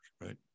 right